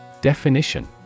Definition